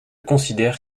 considère